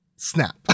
Snap